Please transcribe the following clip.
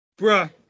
Bruh